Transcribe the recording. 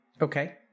Okay